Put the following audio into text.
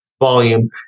volume